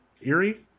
Erie